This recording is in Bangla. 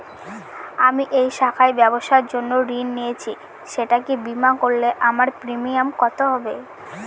আমি এই শাখায় ব্যবসার জন্য ঋণ নিয়েছি সেটাকে বিমা করলে আমার প্রিমিয়াম কত হবে?